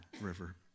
River